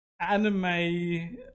anime